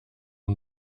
und